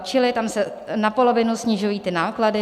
Čili tam se na polovinu snižují náklady.